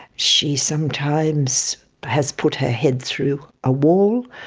she sometimes has put her head through a wall.